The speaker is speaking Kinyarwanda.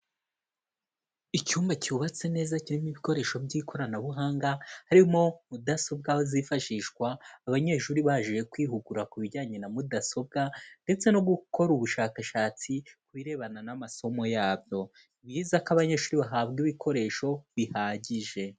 Icyumba cyubatse neza kirimo ibikoresho by'ikoranabuhanga harimo mudasobwa zifashishwa abanyeshuri baje kwihugura ku bijyanye na mudasobwa ndetse no gukora ubushakashatsi ku birebana n'amasomo yabyo ni byiza ko abanyeshuri bahabwa ibikoresho bihagije.